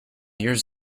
years